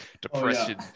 depression